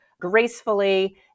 gracefully